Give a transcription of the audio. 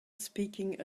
speaking